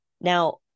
Now